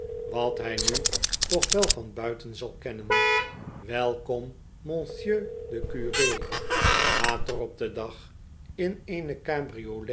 dat hij nu toch wel van buiten zal kennen welkom monsieur de curè later op den dag in eene cabriolet